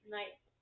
Nice